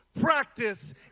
practice